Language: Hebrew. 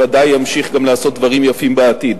הוא בוודאי ימשיך לעשות דברים יפים גם בעתיד.